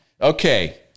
Okay